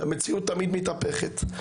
המציאות תמיד מתהפכת.